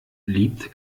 liebt